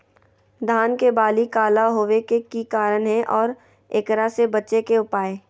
धान के बाली काला होवे के की कारण है और एकरा से बचे के उपाय?